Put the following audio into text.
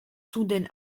suden